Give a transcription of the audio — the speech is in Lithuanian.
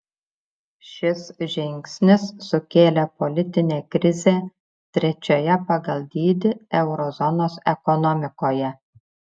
šis žingsnis sukėlė politinę krizę trečioje pagal dydį euro zonos ekonomikoje